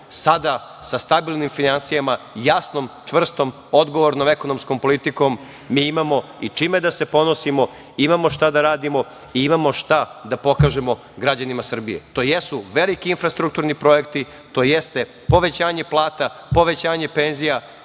Sada, sa stabilnim finansijama i jasnom, čvrstom, odgovornom ekonomskom politikom, mi imamo i čime da se ponosimo, imamo šta da radimo i imamo šta da pokažemo građanima Srbije. To jesu veliki infrastrukturni projekti, to jeste povećanje plata, povećanje penzija,